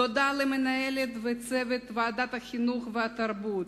תודה למנהלת ולצוות של ועדת החינוך והתרבות.